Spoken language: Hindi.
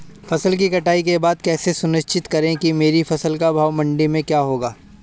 फसल की कटाई के बाद कैसे सुनिश्चित करें कि मेरी फसल का भाव मंडी में क्या होगा?